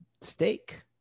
steak